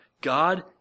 God